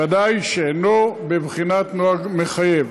וודאי שאין זה בבחינת נוהג מחייב.